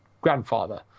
grandfather